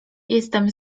jestem